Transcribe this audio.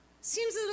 seems